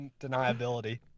deniability